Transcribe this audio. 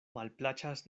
malplaĉas